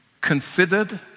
considered